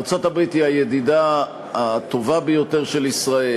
ארצות-הברית היא הידידה הטובה ביותר של ישראל.